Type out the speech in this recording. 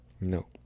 No